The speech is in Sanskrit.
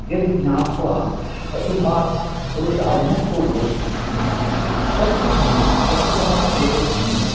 यद् ज्ञात्वा अशुभात् पुरुषः विमुक्तो भवति तत् ज्ञेयं वस्तुतः तदेव ज्ञेयं